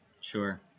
Sure